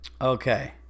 Okay